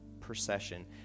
procession